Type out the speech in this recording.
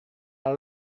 out